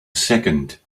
second